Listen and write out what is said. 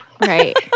Right